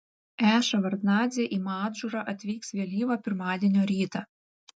e ševardnadzė į madžūrą atvyks vėlyvą pirmadienio rytą